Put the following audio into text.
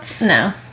No